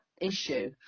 issue